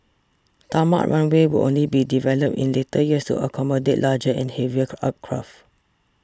tarmac runways would only be developed in later years to accommodate larger and heavier aircraft